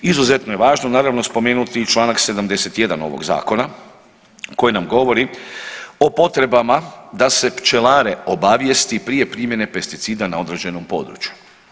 Izuzetno je važno naravno spomenuti i Članak 71. ovog zakona koji nam govori o potrebama da se pčelare obavijesti prije primjene pesticida na određenom području.